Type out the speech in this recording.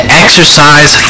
exercise